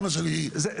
זה מה שאני רציתי לשאול,